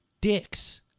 dicks